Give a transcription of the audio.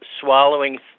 swallowing